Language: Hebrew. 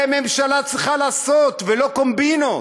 את זה הממשלה צריכה לעשות, ולא קומבינות,